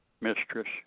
mistress